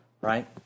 right